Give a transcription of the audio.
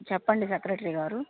చెప్పండి సెక్రెటరీ గారు